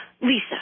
Lisa